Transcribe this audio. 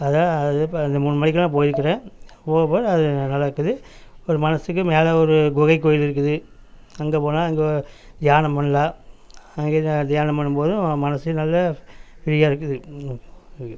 அதான் அது இப்போ இந்த மூணு மணிக்கெல்லாம் போயிருக்குறேன் போகப்போக அது நல்லா இருக்குது ஒரு மனதுக்கு மேலே ஒரு குகைக்கோயில் இருக்குது அங்கே போனால் அங்கே தியானம் பண்ணலாம் அங்கே தியானம் பண்ணும் போதும் மனது நல்லா ஃப்ரீயாக இருக்குது ம் ஓகே